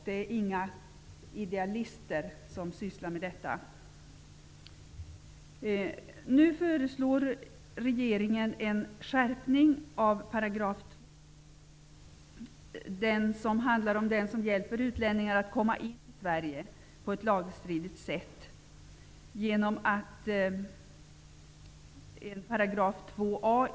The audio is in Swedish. Det är inga idealister som sysslar med detta. Regeringen föreslår nu en skärpning av 2 §, som handlar om den som hjälper utlänningar att komma in i Sverige på ett lagstridigt sätt. I lagen införs 2 a §.